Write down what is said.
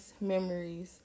memories